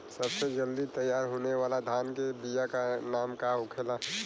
सबसे जल्दी तैयार होने वाला धान के बिया का का नाम होखेला?